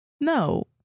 No